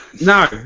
No